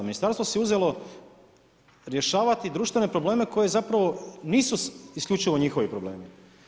Ministarstvo si uzelo rješavati društvene probleme koje zapravo nisu isključivo njihovi problemi.